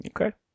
okay